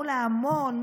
מול ההמון,